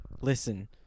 Listen